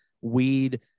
weed